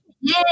Yay